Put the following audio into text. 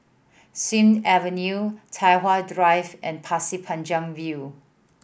Sing Avenue Tai Hwan Drive and Pasir Panjang View